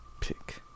Pick